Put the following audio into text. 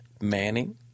Manning